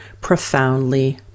profoundly